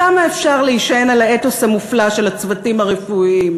כמה אפשר להישען על האתוס המופלא של הצוותים הרפואיים,